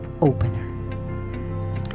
opener